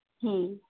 હમ